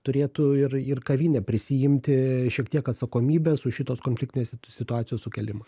turėtų ir ir kavinė prisiimti šiek tiek atsakomybės už šitos konfliktinės si situacijos sukėlimą